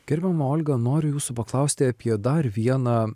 gerbiama olga noriu jūsų paklausti apie dar vieną